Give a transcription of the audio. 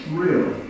real